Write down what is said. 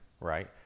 Right